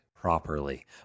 properly